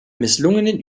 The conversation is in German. misslungenen